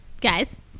Guys